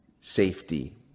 safety